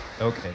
Okay